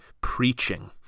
preaching